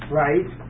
right